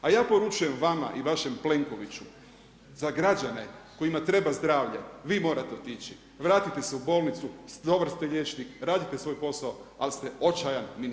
A ja poručujem vama i vašem Plenkoviću, za građane kojima treba zdravlje vi morate otići, vratite se u bolnicu, dobar ste liječnik, radite svoj posao ali ste očajan ministar.